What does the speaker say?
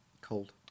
Cold